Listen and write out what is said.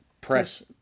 press